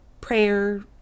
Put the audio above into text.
prayer